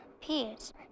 peace